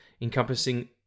encompassing